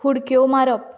उडक्यो मारप